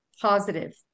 positive